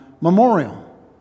memorial